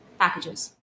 packages